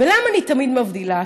ולמה אני תמיד מבדילה?